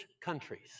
countries